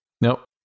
Nope